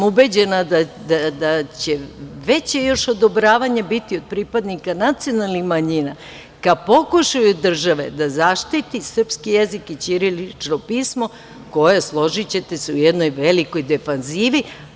Ubeđena sam da će veće još odobravanje biti od pripadnika nacionalnih manjina ka pokušaju države da zaštiti srpski jezik i ćirilično pismo koje je, složićete se, u jednoj velikoj defanzivi.